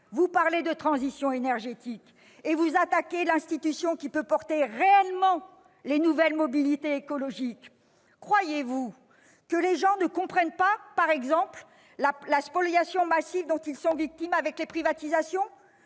vous parlez de transition énergétique, et vous attaquez l'institution qui peut porter réellement les nouvelles mobilités écologiques ! Croyez-vous que les gens ne comprennent pas, par exemple, de quelle spoliation massive ils sont victimes avec les privatisations ?